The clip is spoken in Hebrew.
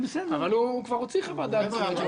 אבל הוא כבר הוציא חוות דעת ביטחונית.